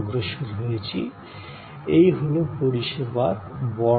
এই গ্রাফটিকে বলা হয় পরিষেবার স্পেক্ট্রাম